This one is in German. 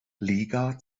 liga